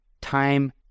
time